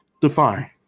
Define